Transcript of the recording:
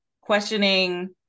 questioning